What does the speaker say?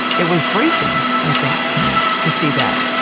it was bracing, i think to me, to see that.